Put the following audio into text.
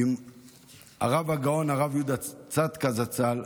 עם הרב הגאון הרב יהודה צדקה זצ"ל.